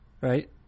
right